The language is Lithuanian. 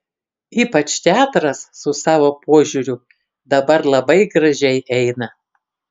ypač teatras su savo požiūriu dabar labai gražiai eina